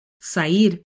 sair